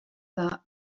that